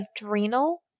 adrenal